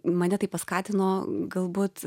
mane tai paskatino galbūt